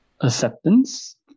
acceptance